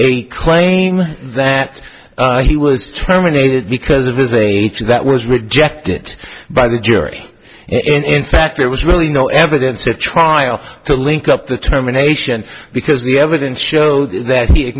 a claim that he was terminated because of his age that was rejected by the jury in fact there was really no evidence at trial to link up the terminations because the evidence showed that he